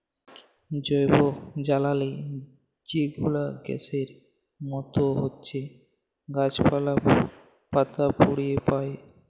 জৈবজ্বালালি যে গুলা গ্যাসের মত হছ্যে গাছপালা, পাতা পুড়িয়ে পায়